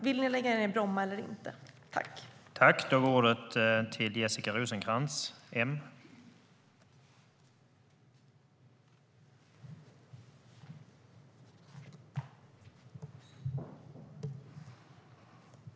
Vill ni lägga ned Bromma flygplats eller inte?